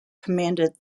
commanded